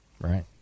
Right